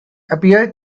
appeared